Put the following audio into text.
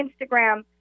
Instagram